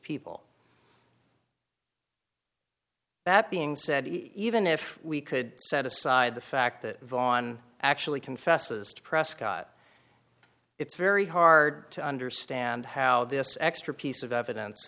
people that being said he even if we could set aside the fact that vaughan actually confesses to prescott it's very hard to understand how this extra piece of evidence